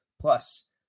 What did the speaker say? Plus